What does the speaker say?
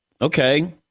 Okay